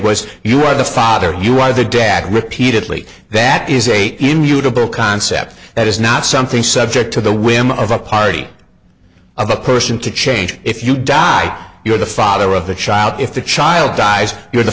was you are the father you are the dad repeatedly that is akin mutable concept that is not something subject to the whim of a party of a person to change if you die you're the father of the child if the child dies you're the